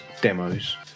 demos